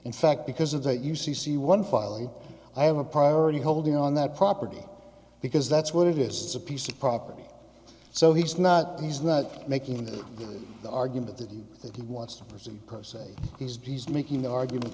in fact because of that u c c one filing i have a priority holding on that property because that's what it is it's a piece of property so he's not he's not making the argument that that he wants to present per se he's been he's making the argument